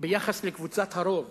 ביחס לקבוצת הרוב